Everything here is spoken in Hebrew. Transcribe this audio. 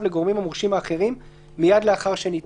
לגורמים המורשים האחרים מיד לאחר שניתן.